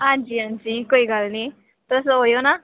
हांजी हांजी कोई गल्ल नी तुस ओयो ना